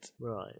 Right